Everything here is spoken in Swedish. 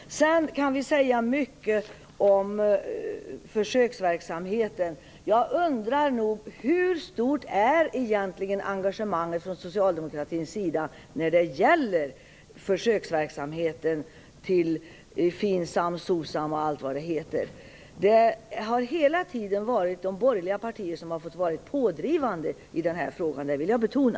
Vi kan säga mycket om försöksverksamheten. Jag undrar hur stort engagemanget från socialdemokratins sida egentligen är när det gäller försöksverksamheten - FINSAM, SOCSAM och allt vad det heter. De borgerliga partierna har hela tiden fått vara pådrivande i denna fråga. Det vill jag betona.